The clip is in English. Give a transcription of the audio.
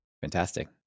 fantastic